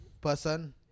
person